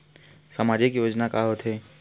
सामाजिक योजना का होथे?